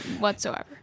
Whatsoever